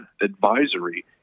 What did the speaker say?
advisory